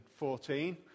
2014